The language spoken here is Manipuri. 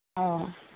ꯑꯣ